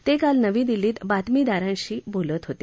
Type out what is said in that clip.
ते काल नवी दिल्लीत बातमीदारांशी बोलत होते